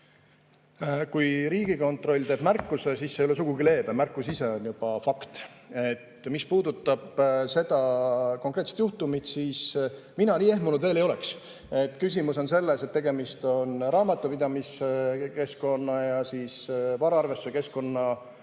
Kui Riigikontroll teeb märkuse, siis see ei ole sugugi leebe, märkus ise on juba fakt. Mis puudutab seda konkreetset juhtumit, siis mina nii ehmunud veel ei oleks. Küsimus on selles, et tegemist on raamatupidamiskeskkonna ja varaarvestuskeskkonna